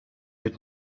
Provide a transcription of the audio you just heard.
had